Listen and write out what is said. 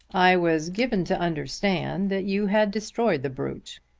i was given to understand that you had destroyed the brute.